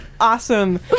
awesome